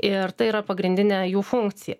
ir tai yra pagrindinė jų funkcija